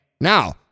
now